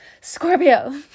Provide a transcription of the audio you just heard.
Scorpio